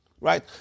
Right